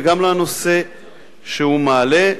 וגם לנושא שהוא מעלה,